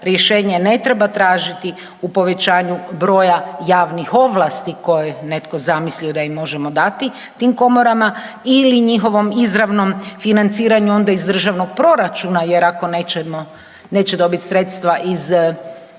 rješenje ne treba tražiti u povećanju broja javnih ovlasti koje je netko da ih možemo dati tim komorama ili njihovom izravnom financiranju onda iz državnog proračuna jer ako nećemo, neće dobiti sredstva iz,